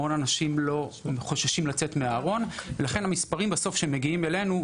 המון אנשים חוששים לצאת מהארון ולכן המספרים שמגיעים אלינו,